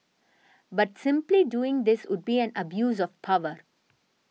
but simply doing this would be an abuse of power